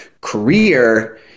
career